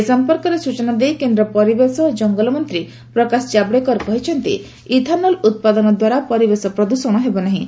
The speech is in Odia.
ଏ ସମ୍ପର୍କରେ ସ୍ଟଚନା ଦେଇ କେନ୍ଦ୍ର ପରିବେଶ ଓ ଜଙ୍ଗଲ ମନ୍ତ୍ରୀ ପ୍ରକାଶ ଜାବ୍ଡେକର କହିଛନ୍ତି ଇଥାନଲ୍ ଉତ୍ପାଦନଦ୍ୱାରା ପରିବେଶ ପ୍ରଦ୍ଷଣ ହେବ ନାହିଁ